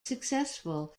successful